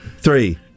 Three